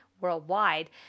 worldwide